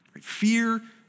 Fear